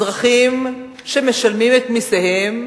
אזרחים שמשלמים את מסיהם,